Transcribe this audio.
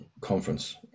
conference